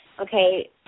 okay